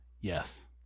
Yes